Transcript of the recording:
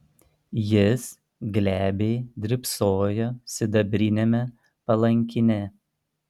jis glebiai drybsojo sidabriniame palankine